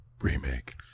Remake